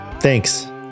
Thanks